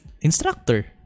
Instructor